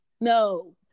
no